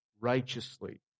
righteously